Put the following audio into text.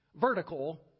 Vertical